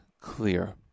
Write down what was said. clear